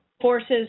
forces